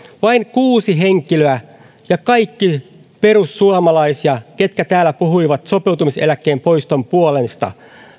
vain kuusi henkilöä kaikki perussuomalaisia puhui täällä sopeutumiseläkkeen poiston puolesta